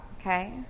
okay